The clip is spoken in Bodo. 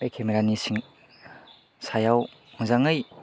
बे केमेरानि सिं सायाव मोजाङै